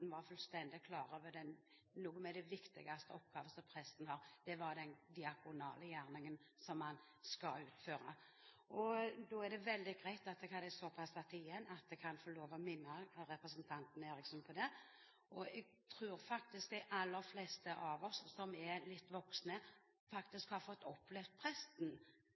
var fullstendig klar over at den viktigste oppgaven som presten har, er den diakonale gjerningen han skal utøve. Da er det veldig greit at jeg hadde såpass tid igjen at jeg kan få lov til å minne representanten Eriksen på det. Jeg tror faktisk de aller fleste av oss som er litt voksne, har fått